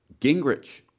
Gingrich